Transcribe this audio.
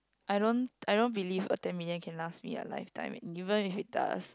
I don't I don't believe a ten million can last me a live time and even if it does